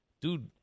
dude